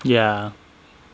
ya